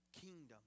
kingdom